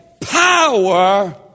power